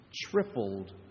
tripled